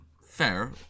Fair